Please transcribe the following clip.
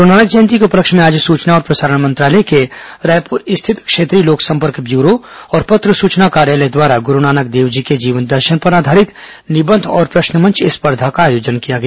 गरूनानक जयंती के उपलक्ष्य में आज सचना और प्रसारण मंत्रालय के रायपुर स्थित क्षेत्रीय लोक संपर्क ब्यूरो और पत्र सुचना कार्यालय द्वारा गुरुनानक देवजी के जीवन दर्शन पर आधारित निबंध और प्रश्न मंच स्पर्धा का आयोजन किया गया